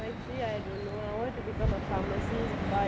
actually I don't know I want to become a pharmacist but